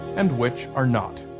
and which are not.